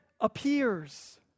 appears